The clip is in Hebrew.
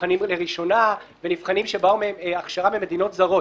נבחנים לראשונה ונבחנים שהוא מהכשרה במדינות זרות,